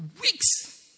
weeks